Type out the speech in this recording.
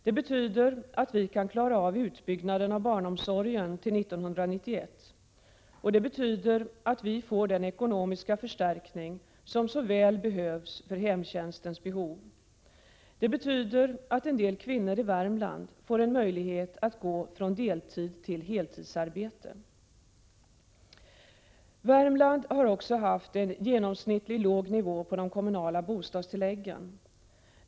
Det betyder att vi kan klara av utbyggnaden av barnomsorgen till 1991, och det betyder att vi får den ekonomiska förstärkning som så väl behövs för hemtjänstens behov. Det betyder också att en del kvinnor i Värmland får möjlighet att övergå från deltidstill heltidsarbete. Värmland har också haft en genomsnittligt låg nivå på de kommunala bostadstilläggen.